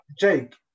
Jake